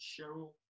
Cheryl